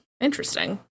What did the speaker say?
Interesting